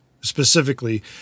Specifically